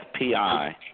FPI